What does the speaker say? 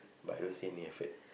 but I don't see any effort